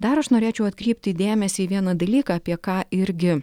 dar aš norėčiau atkreipti dėmesį į vieną dalyką apie ką irgi